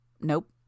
Nope